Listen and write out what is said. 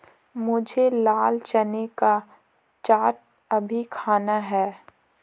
मुझे लाल चने का चाट अभी खाना है